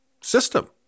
system